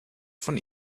von